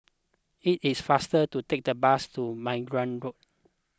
it is faster to take the bus to Margate Road